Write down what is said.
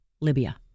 Libya